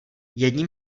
jedním